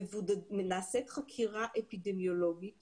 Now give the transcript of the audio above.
נעשית חקירה אפידמיולוגית